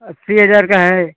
अस्सी हजार का है